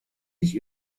sich